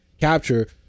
capture